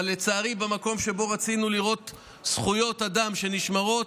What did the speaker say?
אבל לצערי במקום שבו רצינו לראות זכויות אדם נשמרות,